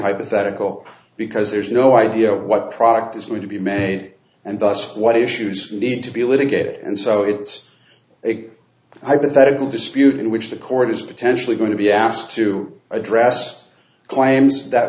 hypothetical because there's no idea of what product is going to be made and thus what issues need to be litigated and so it's a hypothetical dispute in which the court is potentially going to be asked to address claims that